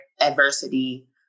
adversity